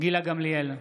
גילה גמליאל,